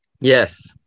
Yes